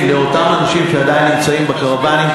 לאותם אנשים שעדיין נמצאים בקרוונים.